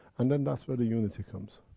and then that's where the unity comes.